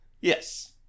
Yes